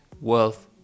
wealth